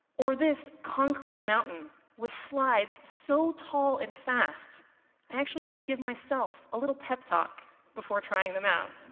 or this concrete mountain with slides so tall and fast, i actually had to give myself a little pep talk before trying them out.